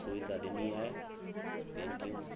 सुविधा ॾिनी आहे बैंकिंग